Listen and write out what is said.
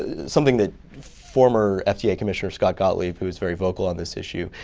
ah something that former fda commissioner, scott gottlieb, who is very vocal on this issue.